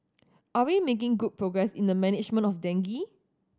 are we making good progress in the management of dengue